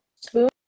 spoon